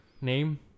name